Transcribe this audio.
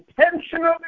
intentionally